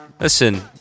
Listen